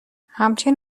همچین